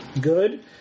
good